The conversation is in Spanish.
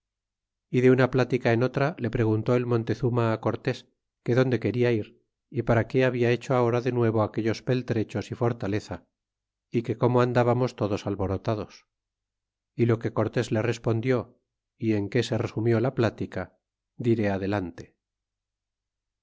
y de una plática en otra le preguntó el montezuma á cortés que dónde queda ir para qué habia hecho ahora de nuevo aquellos peltrechos é fortaleza que como andábamos todos alborotados é lo que cortés le respondió é en que se resumió la plática diré adelante